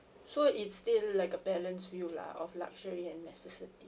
so it's still like a balance wheel lah of luxury and necessity